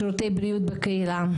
שירותי בריאות בקהילה.